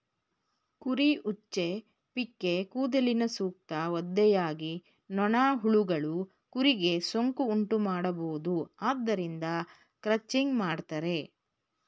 ಕುರಿ ಉಚ್ಚೆ, ಪಿಕ್ಕೇ ಕೂದಲಿನ ಸೂಕ್ತ ಒದ್ದೆಯಾಗಿ ನೊಣ, ಹುಳಗಳು ಕುರಿಗೆ ಸೋಂಕು ಉಂಟುಮಾಡಬೋದು ಆದ್ದರಿಂದ ಕ್ರಚಿಂಗ್ ಮಾಡ್ತರೆ